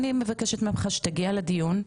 אני מבקשת ממך שתגיע לדיון,